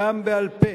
גם בעל-פה,